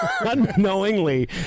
unknowingly